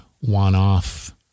one-off